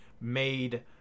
made